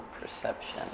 perception